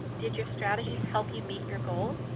did your strategies help you meet your goals?